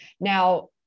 Now